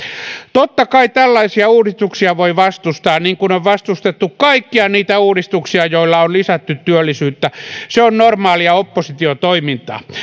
totta kai tällaisia uudistuksia voi vastustaa niin kuin on vastustettu kaikkia niitä uudistuksia joilla on lisätty työllisyyttä ja se on normaalia oppositiotoimintaa